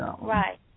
Right